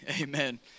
amen